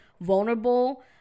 vulnerable